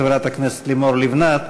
חברת הכנסת לימור לבנת,